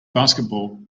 basketball